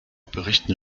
berichten